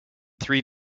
three